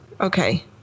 Okay